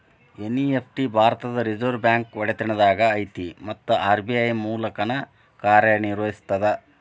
NEFT ಭಾರತದ್ reserve bank ಒಡೆತನದಾಗ ಐತಿ ಮತ್ತ ಆರ್.ಬಿ.ಐ ಮೂಲಕನ ಕಾರ್ಯನಿರ್ವಹಿಸ್ತದ